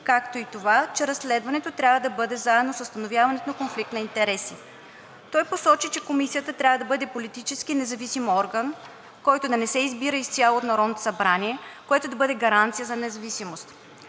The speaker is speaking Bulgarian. както и това, че разследването трябва да бъде заедно с установяването на конфликта на интереси. Той посочи, че Комисията трябва да бъде политически независим орган, който да не се избира изцяло от Народното събрание, което да бъде гаранция за независимост.